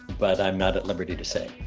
but i am not at liberty to say.